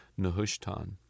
Nehushtan